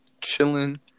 Chilling